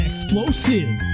explosive